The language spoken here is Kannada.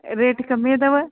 ರೇಟ್ ಕಮ್ಮಿ ಅದಾವಾ